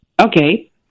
okay